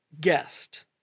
guest